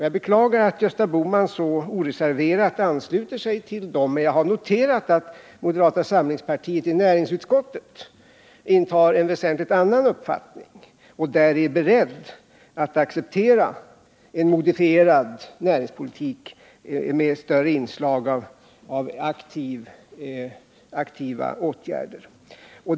Jag beklagar att Gösta Bohman så oreserverat ansluter sig till dem. Jag har noterat att moderata samlingspartiet i näringsutskottet intar en väsentligt annan uppfattning och där är berett att acceptera en modifierad näringspolitik med markanta inslag av aktiva åtgärder.